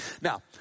Now